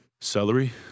Celery